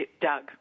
Doug